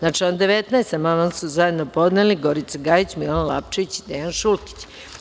Na član 19. amandman su zajedno podneli poslanici Gorica Gajić, Milan Lapčević i Dejan Šulkić.